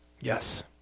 Yes